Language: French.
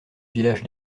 village